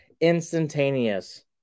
instantaneous